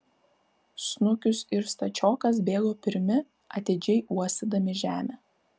snukius ir stačiokas bėgo pirmi atidžiai uostydami žemę